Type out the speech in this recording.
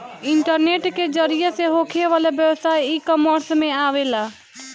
internet के जरिया से होखे वाला व्यवसाय इकॉमर्स में आवेला